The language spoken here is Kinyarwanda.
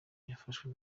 yafashwe